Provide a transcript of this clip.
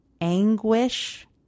anguish